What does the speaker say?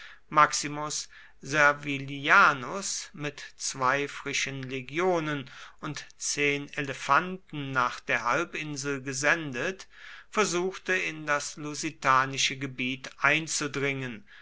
maximus servilianus mit zwei frischen legionen und zehn elefanten nach der halbinsel gesendet versuchte in das lusitanische gebiet einzudringen